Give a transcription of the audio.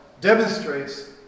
demonstrates